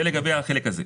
זה לגבי החלק הזה.